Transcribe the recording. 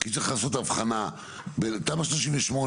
כי צריך לעשות הבחנה בין תמ"א 38,